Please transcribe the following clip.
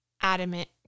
adamant